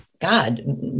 god